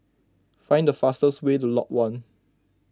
find the fastest way to Lot one